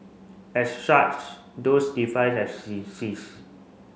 as such those device have seize